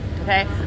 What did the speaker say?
okay